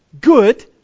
good